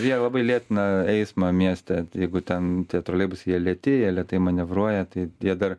jie labai lėtina eismą mieste jeigu ten troleibusai jie lėti jie lėtai manevruoja tai tie dar